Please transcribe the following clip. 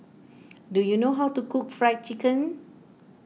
do you know how to cook Fried Chicken